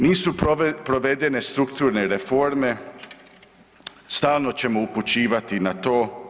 Nisu provedene strukturne reforme, stalno ćemo upućivati na to.